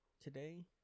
today